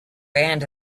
band